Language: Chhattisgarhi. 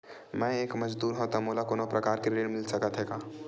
मैं एक मजदूर हंव त मोला कोनो प्रकार के ऋण मिल सकत हे का?